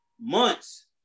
months